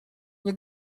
nie